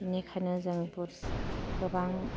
बिनिखायनो जों बुर गोबां